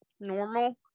normal